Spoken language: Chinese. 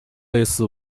类似